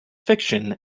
fiction